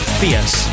fierce